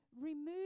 remove